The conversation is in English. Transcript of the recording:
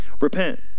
Repent